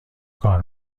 کار